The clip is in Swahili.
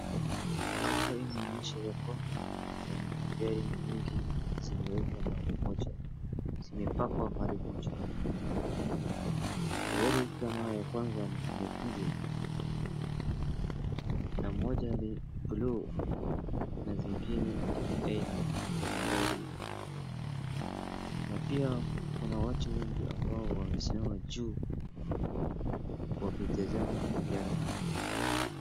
Hapa hivi inaoyesha ya kwamba kuna mingi zimeundwa mahali moja zimepakwa mahali moja, gari kam ya kwanza ni nyekundu, na moja ni bluu na zingine ni aina mbali mbali na pia kuna watu wengi ambao wana simama juu wakitazama magari hayo.